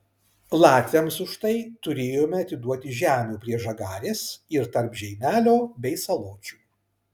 latviams už tai turėjome atiduoti žemių prie žagarės ir tarp žeimelio bei saločių